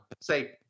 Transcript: Say